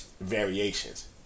variations